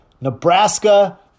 Nebraska